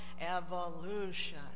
evolution